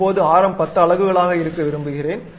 இப்போது ஆரம் 10 அலகுகளாக இருக்க விரும்புகிறேன்